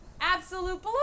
Absolute